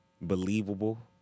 believable